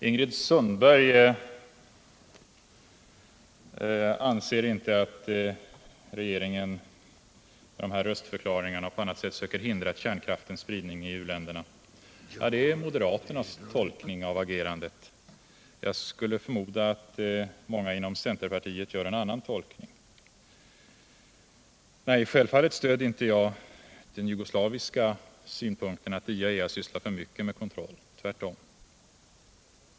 Herr talman! Ingrid Sundberg anser inte att regeringen genom de här röstförklaringarna och på annat sätt söker hindra kärnkraftens spridning i uländerna. Ja, det är moderaternas tolkning av agerandet. Jag skulle förmoda att många inom centerpartiet gör en annan tolkning. Självfallet stöder inte jag den jugoslaviska synpunkten att IAEA sysslar för mycket med kontroll — tvärtom.